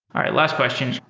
all right, last question.